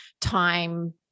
time